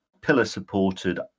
pillar-supported